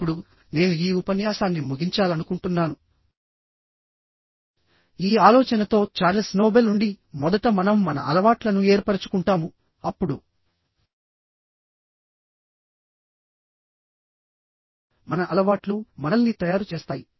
ఇప్పుడునేను ఈ ఉపన్యాసాన్ని ముగించాలనుకుంటున్నానుఈ ఆలోచనతో చార్లెస్ నోబెల్ నుండి మొదట మనం మన అలవాట్లను ఏర్పరచుకుంటాము అప్పుడు మన అలవాట్లు మనల్ని తయారు చేస్తాయి